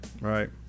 right